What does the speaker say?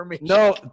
no